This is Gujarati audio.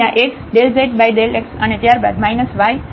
તેથી આ x∂z∂x અને ત્યારબાદ y∂z∂y આવશે